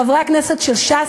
חברי הכנסת של ש"ס,